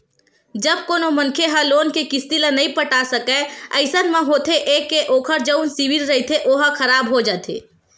जब कोनो मनखे ह लोन के किस्ती ल नइ पटा सकय अइसन म होथे ये के ओखर जउन सिविल रिहिथे ओहा खराब हो जाथे